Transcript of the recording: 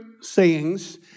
sayings